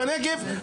בנגב,